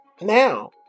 Now